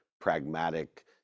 pragmatic